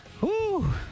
Woo